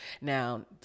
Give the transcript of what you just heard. Now